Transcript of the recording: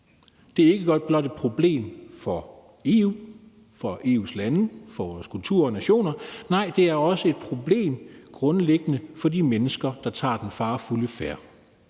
Det er ikke blot et problem for EU, for EU's lande, for vores kultur og nationer. Nej, det er også grundlæggende et problem for de mennesker, der tager den farefulde færd.